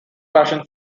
passion